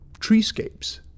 treescapes